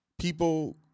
People